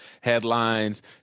headlines